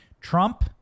Trump